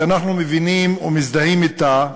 שאנחנו מבינים ומזדהים אתה,